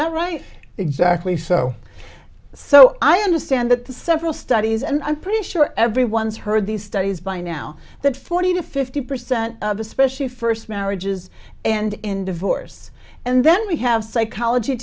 that right exactly so so i understand that the several studies and i'm pretty sure everyone's heard these studies by now that forty to fifty percent of especially first marriages end in divorce and then we have psychology